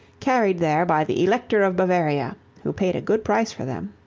carried there by the elector of bavaria, who paid a good price for them.